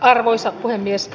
arvoisa puhemies